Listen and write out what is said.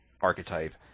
archetype